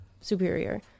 superior